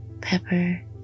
pepper